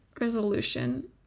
resolution